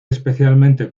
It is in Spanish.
especialmente